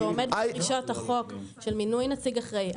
אם אותו מוצר עומד בדרישות החוק של מינוי נציג אחראי,